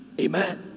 Amen